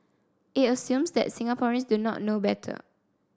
it assumes that Singaporeans do not know better